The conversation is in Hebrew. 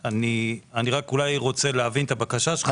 אני רוצה להבין את הבקשה שלך.